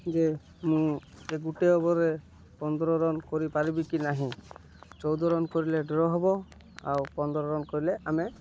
ଯେ ମୁଁ ଏ ଗୋଟେ ଓଭର୍ରେ ପନ୍ଦର ରନ୍ କରିପାରିବି କି ନାହିଁ ଚଉଦ ରନ୍ କରିଲେ ଡ୍ର ହବ ଆଉ ପନ୍ଦର ରନ୍ କଲେ ଆମେ